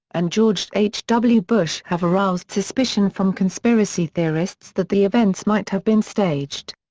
and george h. w. bush have aroused suspicion from conspiracy theorists that the events might have been staged.